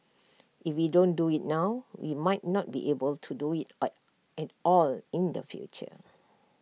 if we don't do IT now we might not be able do IT at IT all in the future